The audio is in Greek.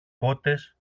κότες